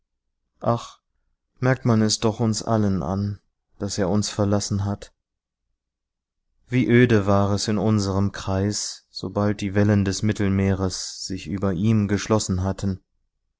merkt man es doch uns allen an daß er uns verlassen hat wie öde war es in unserem kreis sobald die wellen des mittelmeeres sich über ihm geschlossen hatten